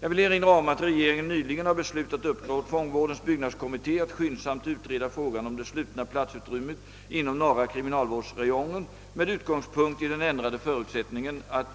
Jag vill erinra om att regeringen nyligen har beslutat uppdra åt fångvårdens byggnadskommitté att skyndsamt utreda frågan om det slutna platsutrymmet inom norra kriminalvårdsräjongen med utgångs Punkt i den ändrade förutsättningen att